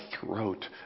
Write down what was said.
throat